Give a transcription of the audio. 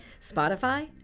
Spotify